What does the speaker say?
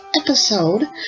episode